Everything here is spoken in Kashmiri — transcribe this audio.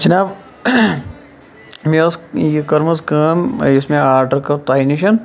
جِناب مےٚ ٲس یہِ کٔرمٕژ کٲم یُس مےٚ آڈَر کٔر تۄہہِ نِش